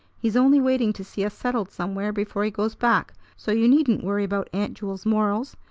he's only waiting to see us settled somewhere before he goes back so you needn't worry about aunt jewel's morals.